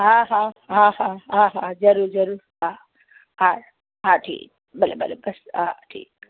हा हा हा हा हा हा ज़रूरु ज़रूरु हा हा हा ठीकु आहे भले भले बसि हा ठीकु